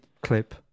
clip